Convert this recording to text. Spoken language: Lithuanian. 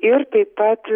ir taip pat